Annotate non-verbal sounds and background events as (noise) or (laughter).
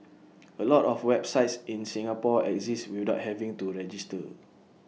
(noise) A lot of websites in Singapore exist without having to register